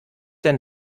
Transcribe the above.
denn